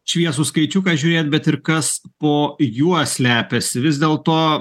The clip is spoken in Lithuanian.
šviesų skaičiuką žiūrėt bet ir kas po juo slepiasi vis dėl to